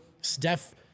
Steph